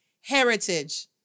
heritage